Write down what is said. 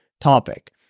topic